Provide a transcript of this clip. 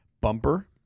bumper